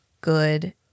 good